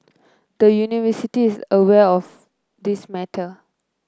the University is aware of this matter